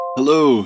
Hello